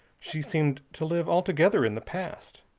she seemed to live altogether in the past.